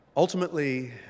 Ultimately